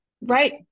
Right